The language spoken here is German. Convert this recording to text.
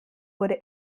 wurde